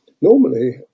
normally